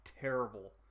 terrible